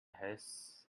haste